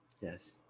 Yes